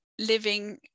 living